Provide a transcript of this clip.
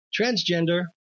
transgender